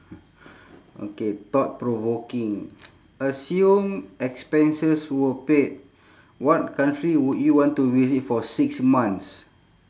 okay thought provoking assume expenses were paid what country would you want to visit for six months